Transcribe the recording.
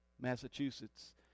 Massachusetts